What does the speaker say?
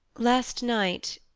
last night,